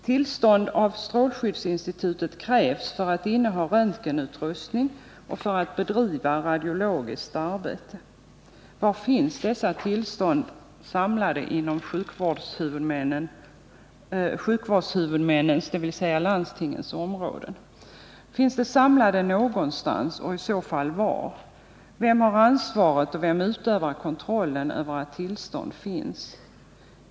Tillstånd av strålskyddsinstitutet krävs för att inneha röntgenutrustning och för att bedriva radiologiskt arbete. Var finns dessa tillstånd samlade inom sjukvårdshuvudmännens, dvs. landstingens, områden? Finns de samlade någonstans och i så fall var? Vem har ansvaret och vem utövar kontrollen över att tillstånd finns?